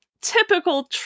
typical